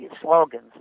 slogans